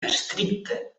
estricte